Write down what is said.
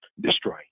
destroy